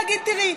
להגיד: תראי,